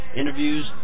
interviews